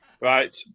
Right